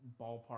ballpark